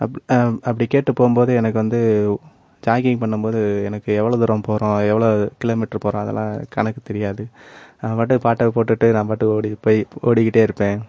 அப் அப்படி கேட்டுட்டு போகும் போது எனக்கு வந்து ஜாக்கிங் பண்ணும் போது எனக்கு எவ்வளோ துரம் போகிறோம் எவ்வளோ கிலோ மீட்ரு போகிறோம் அதெல்லாம் கணக்கு தெரியாது நான் பாட்டுக்கு பாட்டை போட்டுட்டு நான் பாட்டுக்கு ஓடி போய் ஓடிக்கிட்டே இருப்பேன்